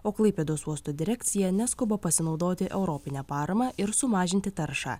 o klaipėdos uosto direkcija neskuba pasinaudoti europine parama ir sumažinti taršą